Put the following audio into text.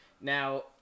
Now